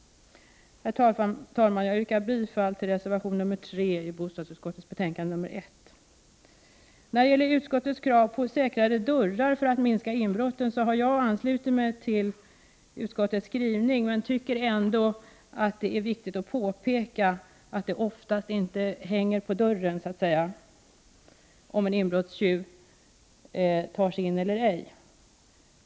Herr talman! Jag yrkar bifall till reservation 3 i bostadsutskottets betänkande nr 1. När det gäller utskottets krav på säkrare dörrar för att minska inbrotten har jag visserligen anslutit mig till utskottets skrivning men tycker ändå att det är viktigt att påpeka att det oftast inte ”hänger på dörren” så att säga om en inbrottstjuv tar sig in eller ej.